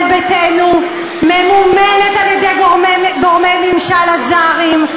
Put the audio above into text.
ביתנו וממומן על-ידי גורמי ממשל אזריים.